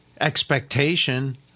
expectation